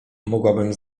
mogłabym